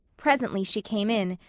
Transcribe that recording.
presently she came in,